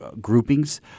groupings